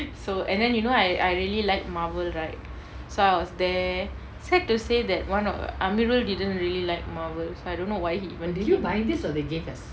so and then you know I I really like marvel right so I was there sad to say that one of the amirul didn't really like marvel so I don't know why he even came